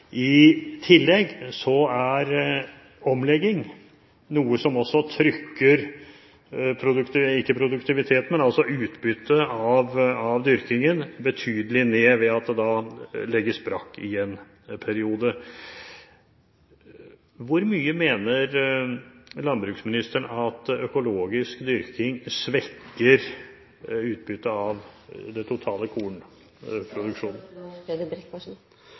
I tillegg er omlegging noe som også reduserer utbyttet av dyrkingen betydelig, ved at areal legges brakk i en periode. Hvor mye mener landbruksministeren at økologisk dyrking svekker utbyttet av det totale